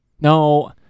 No